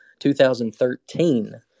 2013